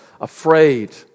afraid